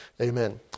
Amen